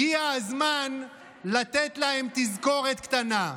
הגיע הזמן לתת להם תזכורת קטנה.